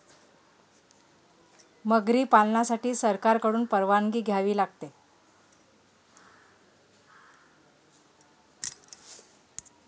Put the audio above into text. मगरी पालनासाठी सरकारकडून परवानगी घ्यावी लागते